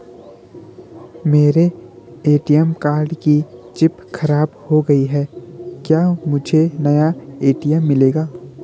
मेरे ATM card की chip खराब हो गयी है क्या मुझे नया ए.टी.एम मिलेगा?